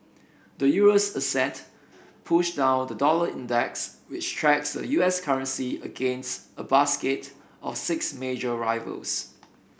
the Euro's ascent pushed down the dollar index which tracks the U S currency against a basket of six major rivals